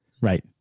Right